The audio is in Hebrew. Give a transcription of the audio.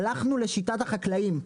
הלכנו לשיטת החקלאים,